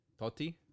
Totti